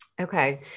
okay